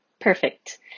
perfect